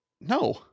No